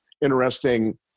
interesting